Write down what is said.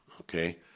Okay